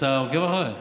אתה עוקב אחריי?